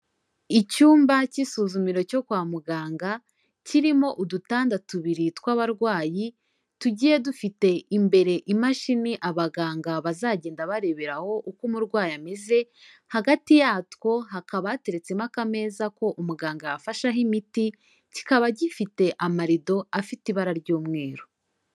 Icyumba cy'isuzumiro cyo kwa muganga, kirimo udutanda tubiri tw'abarwayi, tugiye dufite imbere imashini abaganga bazagenda bareberaho uko umurwayi ameze, hagati yatwo hakaba hateretsemo akameza ko umuganga yafasheho imiti, kikaba gifite amarido afite ibara ry'umweru.